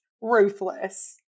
ruthless